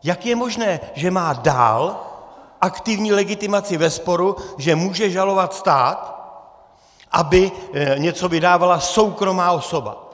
Jak je možné, že má dál aktivní legitimaci ve sporu, že může žalovat stát, aby něco vydávala soukromá osoba?